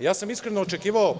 Iskreno sam očekivao